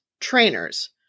trainers